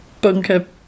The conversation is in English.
bunker